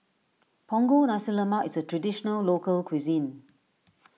Punggol Nasi Lemak is a Traditional Local Cuisine